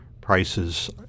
Prices